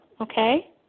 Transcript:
okay